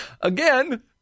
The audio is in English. Again